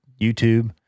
YouTube